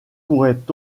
pourrait